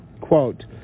Quote